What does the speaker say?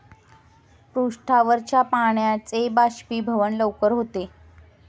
पृष्ठावरच्या पाण्याचे बाष्पीभवन लवकर होते